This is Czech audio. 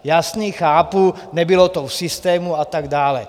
Jasné, chápu, nebylo to v systému a tak dále.